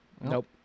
Nope